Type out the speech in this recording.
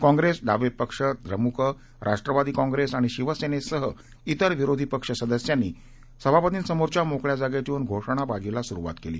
काँग्रेस डावे पक्ष द्रमुक राष्ट्रवादी काँग्रेस आणि शिवसेनेसह इतर विरोधी पक्ष सदस्यांनी सभापतींसमोरच्या मोकळ्या जागेत येऊन घोषणाबाजीला सुरुवात केली